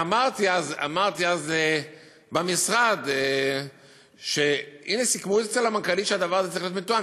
אמרתי אז במשרד שהנה סיכמו אצל המנכ"לית שהדבר הזה צריך להיות מתואם,